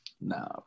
No